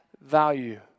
value